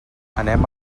anem